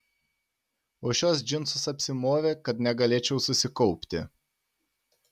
o šiuos džinsus apsimovė kad negalėčiau susikaupti